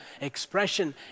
expression